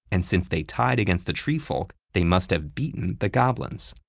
and since they tied against the treefolk, they must have beaten the goblins.